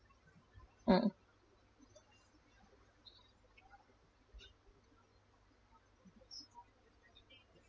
mm